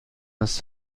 است